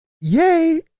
Yay